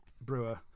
Brewer